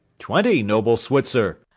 twenty, noble switzer!